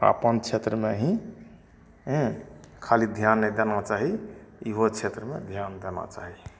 आ अपन क्षेत्रमेही खाली ध्यान नै देना चाही इहो क्षेत्रमे ध्यान देना चाही